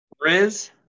Riz